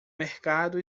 mercado